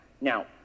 now